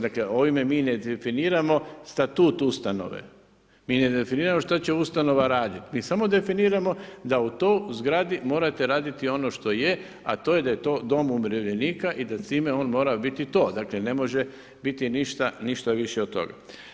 Dakle, ovime mi ne definiramo status ustanove, mi ne definiramo što će ustanova raditi, mi samo definiramo da u toj zgradi morate raditi ono što je, a to je da to dom umirovljenika i da s time on mora biti to, dakle ne može biti ništa više od toga.